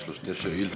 יש לו שתי שאילתות.